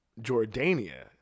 Jordania